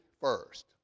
first